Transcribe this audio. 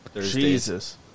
Jesus